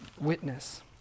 witness